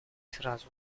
сразу